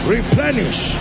Replenish